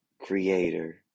creator